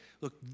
look